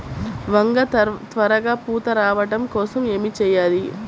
వంగ త్వరగా పూత రావడం కోసం ఏమి చెయ్యాలి?